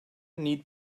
need